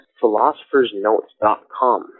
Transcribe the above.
philosophersnotes.com